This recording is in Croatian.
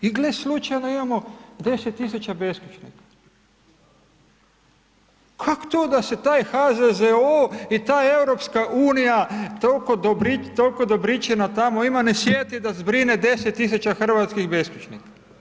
I gle slučajno imamo 10 000 beskućnika, kak to da se taj HZZO i ta EU, tolko dobričina tamo ima, ne sjeti da zbrine 10 000 hrvatskih beskućnika?